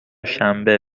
شنبه